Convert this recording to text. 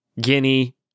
Guinea